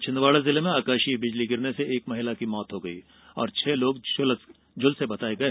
छिंदवाड़ा जिले में आकाशीय बिजली गिरने से महिला की मौत हो गई और छह लोग झुलस गये